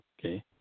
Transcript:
okay